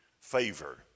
favor